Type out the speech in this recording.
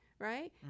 Right